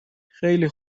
خیلی